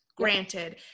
Granted